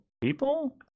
people